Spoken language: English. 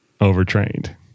overtrained